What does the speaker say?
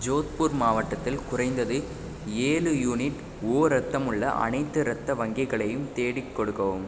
ஜோத்பூர் மாவட்டத்தில் குறைந்தது ஏழு யூனிட் ஓ இரத்தம் உள்ள அனைத்து இரத்த வங்கிகளையும் தேடி கொடுக்கவும்